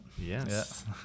yes